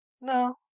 no